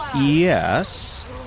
Yes